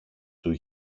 του